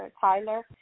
Tyler